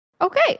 Okay